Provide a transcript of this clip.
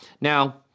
Now